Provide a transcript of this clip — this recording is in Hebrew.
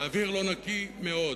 והאוויר לא נקי מאוד.